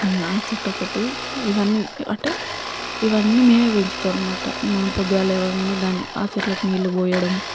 ఆ చెట్టు ఒకటి ఇవన్నీ అంటే ఇవన్నీ మేమే పెంచుతాం అనమాట పొద్దుగాలే లేవంగానే దాన్ని ఆ చెట్లకు నీళ్లు పోయడం